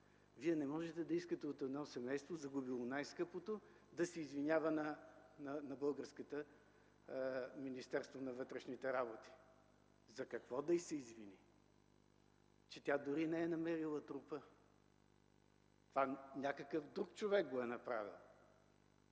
Вие не можете да искате от едно семейство, загубило най-скъпото, да се извинява на българското Министерство на вътрешните работи. За какво да му се извини?! Че то дори не е намерило трупа. Това някакъв друг човек го е направил.